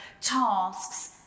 tasks